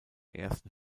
ersten